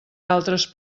altres